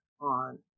on